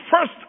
first